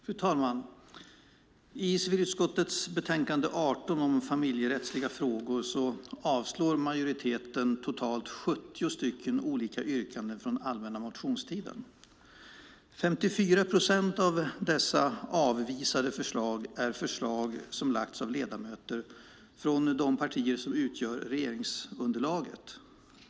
Fru talman! Civilutskottets betänkande 18 handlar om familjerättsliga frågor. Majoriteten avstyrker totalt 70 olika yrkanden från allmänna motionstiden. 54 procent av dessa avvisade förslag är förslag som lagts av ledamöter från de partier som utgör regeringsunderlaget.